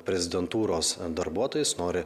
prezidentūros darbuotojais nori